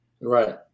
Right